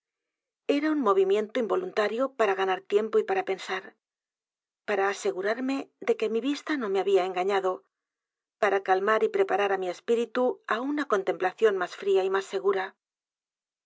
un movimiento involuntario para ganar tiempo y para pensar p a r a a s e g u r a r m e de que mi vista no me había engañado para calmar y p r e p a r a r mi espíritu á una contemplación más fría y más